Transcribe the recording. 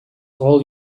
all